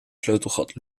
sleutelgat